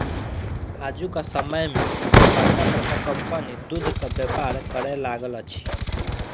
आजुक समय मे बड़का बड़का कम्पनी दूधक व्यापार करय लागल अछि